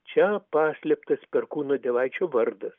čia paslėptas perkūno dievaičio vardas